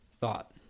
thought